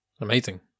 Amazing